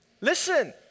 Listen